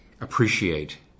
appreciate